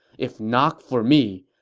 if not for me,